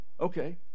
Okay